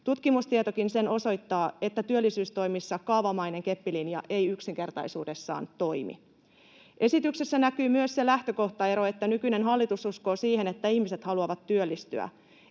Tutkimustietokin sen osoittaa, että työllisyystoimissa kaavamainen keppilinja ei yksinkertaisuudessaan toimi. Esityksessä näkyy myös se lähtökohtaero, että nykyinen hallitus uskoo siihen, että ihmiset haluavat työllistyä.